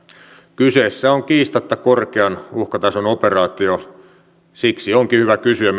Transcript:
kyseessä on kiistatta korkean uhkatason operaatio siksi onkin hyvä kysyä